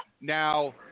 Now